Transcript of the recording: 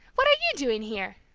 what are you doing here?